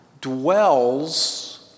dwells